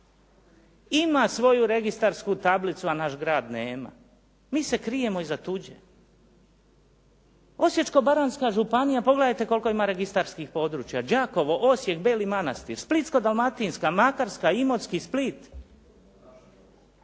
ima svoju registarsku tablicu a naš grad nema. Mi se krijemo iza tuđe. Osječko-baranjska županija pogledajte koliko ima registarskih područja Đakovo, Osijek, Beli Manastir. Splitsko-dalmatinska Makarska, Imotski, Split.